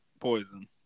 poison